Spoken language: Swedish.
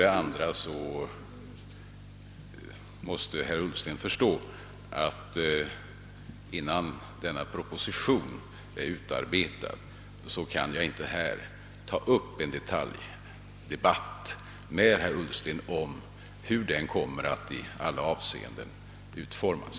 Herr Ullsten måste emellertid förstå att innan propositionen är utarbetad kan jag inte ta upp en debatt med herr Ullsten om hur den i alla avseenden kommer att utformas.